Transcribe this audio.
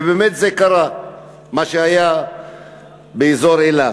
ובאמת זה קרה, מה שהיה באזור אילת.